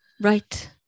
Right